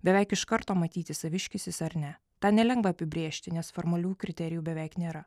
beveik iš karto matyti saviškis jis ar ne tą nelengva apibrėžti nes formalių kriterijų beveik nėra